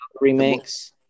remakes